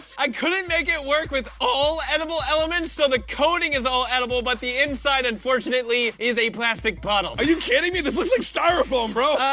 i couldn't make it work with all edible elements so the coating is all edible but the inside unfortunately is a plastic bottle. are you kidding me this looks like styrofoam bro.